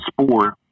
sport